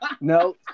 No